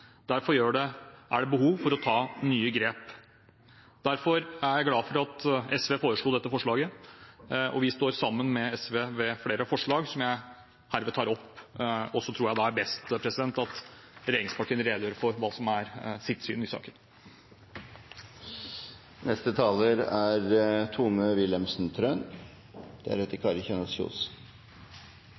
Derfor er det behov for å ta nye grep. Derfor er jeg glad for at SV la fram dette Dokument 8-forslaget, og vi står sammen med SV om flere forslag, som jeg herved tar opp. Så tror jeg det er best at regjeringspartiene redegjør for hva som er deres syn i saken.